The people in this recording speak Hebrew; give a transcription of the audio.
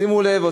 שימו לב,